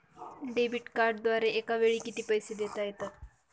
Debit कार्डद्वारे एकावेळी किती पैसे देता येतात?